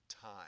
time